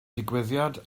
digwyddiad